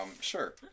sure